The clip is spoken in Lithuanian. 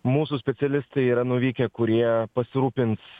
mūsų specialistai yra nuvykę kurie pasirūpins